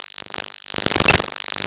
the blue blue [one] right